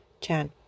Chan